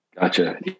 Gotcha